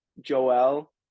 Joel